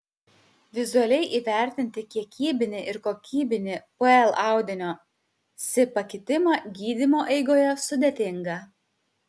vizualiai įvertinti kiekybinį ir kokybinį pl audinio si pakitimą gydymo eigoje sudėtinga